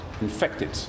infected